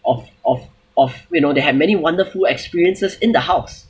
of of of you know they have many wonderful experiences in the house